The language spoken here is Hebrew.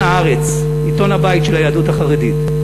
"הארץ" עיתון הבית של היהדות החרדית,